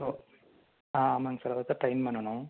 ஓ ஆ ஆமாங்க சார் அதைத்தான் ட்ரைன் பண்ணனும்